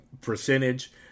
percentage